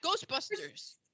Ghostbusters